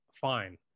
fine